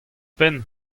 penn